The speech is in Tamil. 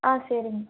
ஆ சரிங்க